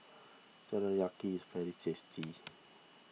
Teriyaki is very tasty